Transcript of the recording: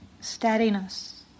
steadiness